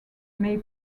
may